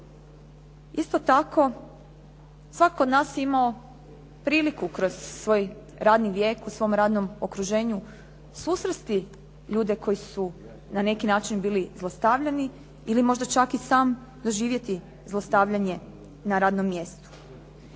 Isto tako, svatko od nas je imao priliku kroz svoj radni vijek u svom radnom okruženju susresti ljude koji su na neki način biti zlostavljani ili možda čak i sam doživjeti zlostavljanje na radnom mjestu,